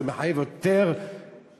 זה מחייב יותר תכנון,